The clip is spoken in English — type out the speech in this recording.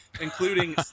including